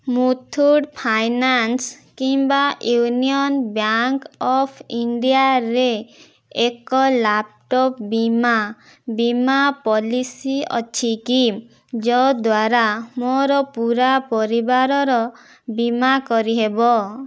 Muthoot finance କିମ୍ବା union bank of ଇଣ୍ଡିଆରେ ଏକ ଲାପଟପ୍ ବୀମା ପଲିସି ଅଛିକି ଯଦ୍ଵାରା ମୋର ପୂରା ପରିବାରର ବୀମା କରିହେବ